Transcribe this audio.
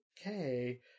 okay